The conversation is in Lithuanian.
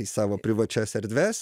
į savo privačias erdves